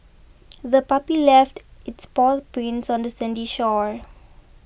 the puppy left its paw prints on the sandy shore